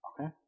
Okay